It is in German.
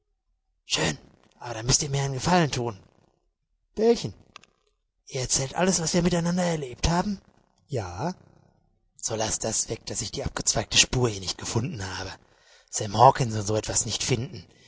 schön aber da müßt ihr mir einen gefallen tun welchen ihr erzählt alles was wir miteinander erlebt haben ja so laßt das weg daß ich die abgezweigte spur hier nicht gefunden habe sam hawkens und so etwas nicht finden